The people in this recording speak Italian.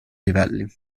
livelli